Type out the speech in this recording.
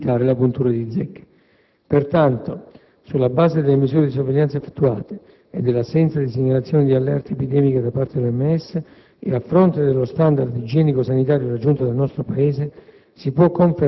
ad evitare la puntura di zecche. Pertanto, sulla base delle misure di sorveglianza attuate e dell'assenza di segnalazioni di allerta epidemica da parte dell'OMS, e a fronte dello *standard* igienico-sanitario raggiunto dal nostro Paese,